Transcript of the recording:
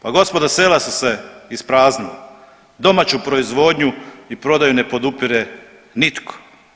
Pa gospodo sela su se ispraznila, domaću proizvodnju i prodaju ne podupire nitko.